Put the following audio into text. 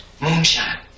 Moonshine